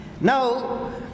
Now